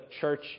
church